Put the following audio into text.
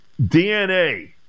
DNA